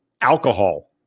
Alcohol